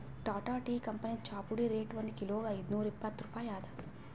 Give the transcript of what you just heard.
Tata tea ಕಂಪನಿದ್ ಚಾಪುಡಿ rate ಒಂದ್ ಕಿಲೋಗಾ ಐದ್ನೂರಾ ಇಪ್ಪತ್ತ್ ರೂಪಾಯಿ ಅದಾ